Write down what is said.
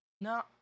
No